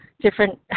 different